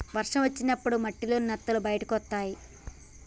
వర్షం పడ్డప్పుడు మట్టిలోంచి నత్తలు బయటకొస్తయ్